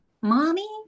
mommy